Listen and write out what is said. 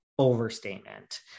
overstatement